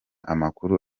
amakuru